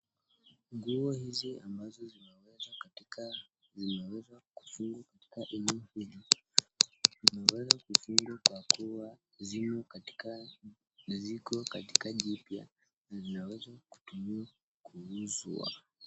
Nguo hizi ambazo zimewekwa katika eneo hili. Kwa kuwa zimo katikati ya jumba iliypweza kutumiwa kuuzwa.